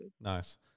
nice